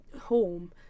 home